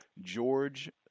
George